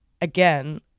again